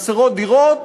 חסרות דירות